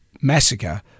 massacre